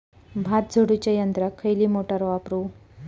भात झोडूच्या यंत्राक खयली मोटार वापरू?